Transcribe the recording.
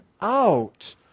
out